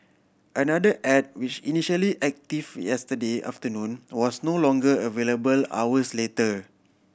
another ad which initially active yesterday afternoon was no longer available hours later